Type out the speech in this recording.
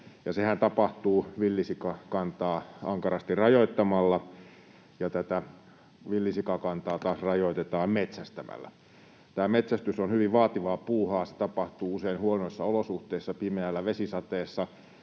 Sehän tapahtuu villisikakantaa ankarasti rajoittamalla, ja tätä villisikakantaa taas rajoitetaan metsästämällä. Tämä metsästys on hyvin vaativaa puuhaa. Se tapahtuu usein huonoissa olosuhteissa, pimeällä, vesisateessa,